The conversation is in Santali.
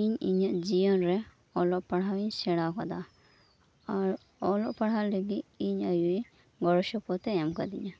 ᱤᱧ ᱤᱧᱟᱹᱜ ᱡᱤᱭᱚᱱ ᱨᱮ ᱚᱞᱚᱜ ᱯᱟᱲᱦᱟᱜ ᱤᱧ ᱥᱮᱲᱟ ᱠᱟᱫᱟ ᱟᱨ ᱚᱞᱚᱜ ᱯᱟᱲᱦᱟᱜ ᱞᱟᱹᱜᱤᱫ ᱤᱧ ᱟᱹᱭᱩ ᱮ ᱜᱚᱲᱚ ᱥᱚᱯᱚᱦᱚᱫ ᱮ ᱮᱢ ᱠᱟᱫᱤᱧᱟ